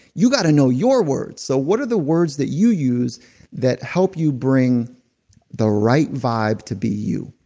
you gotta know your words. so what are the words that you use that help you bring the right vibe to be you.